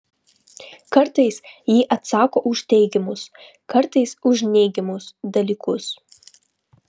kartais ji atsako už teigiamus kartais už neigiamus dalykus